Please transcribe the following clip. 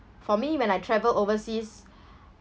for me when I travel overseas